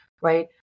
right